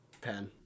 pen